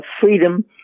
freedom